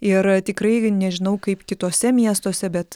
ir tikrai nežinau kaip kituose miestuose bet